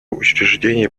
учреждение